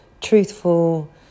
truthful